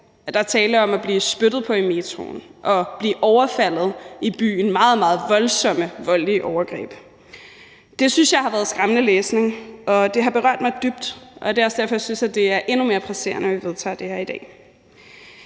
Der er tale om at blive spyttet på i metroen og blive overfaldet i byen – meget, meget voldsomme voldelige overgreb. Det synes jeg har været skræmmende læsning, og det har berørt mig dybt, og det er også derfor, jeg synes, at det er endnu mere præciserende, at vi behandler det her i dag.